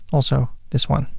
also, this one.